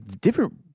different